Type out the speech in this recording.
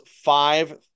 five